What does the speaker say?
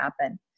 happen